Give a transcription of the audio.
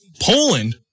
Poland